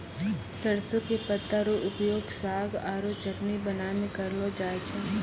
सरसों के पत्ता रो उपयोग साग आरो चटनी बनाय मॅ करलो जाय छै